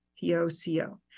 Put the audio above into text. P-O-C-O